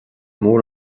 mór